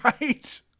Right